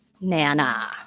Nana